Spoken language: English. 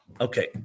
Okay